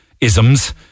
isms